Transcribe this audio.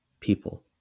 people